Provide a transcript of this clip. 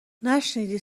نشنیدی